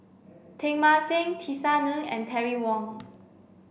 Teng Mah Seng Tisa Ng and Terry Wong